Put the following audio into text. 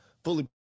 Fully